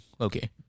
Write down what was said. Okay